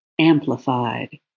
amplified